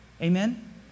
Amen